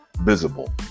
visible